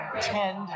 tend